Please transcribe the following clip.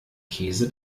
käse